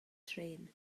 trên